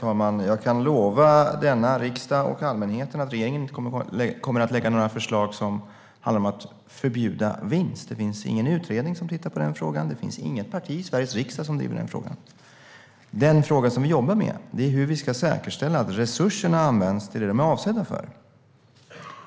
Herr talman! Jag kan lova denna riksdag och allmänheten att regeringen inte kommer att lägga fram några förslag som handlar om att förbjuda vinst. Det finns ingen utredning som tittar på den frågan. Det finns inget parti i Sveriges riksdag som driver den frågan. Den fråga vi jobbar med är hur vi ska säkerställa att resurserna används till det de är avsedda för.